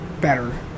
better